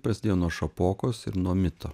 prasidėjo nuo šapokos ir nuo mito